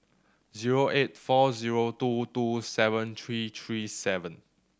zero eight four zero two two seven three three seven